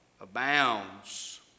abounds